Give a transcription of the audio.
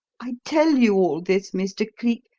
i tell you all this, mr. cleek,